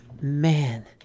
Man